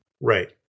Right